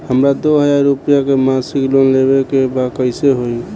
हमरा दो हज़ार रुपया के मासिक लोन लेवे के बा कइसे होई?